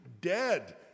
dead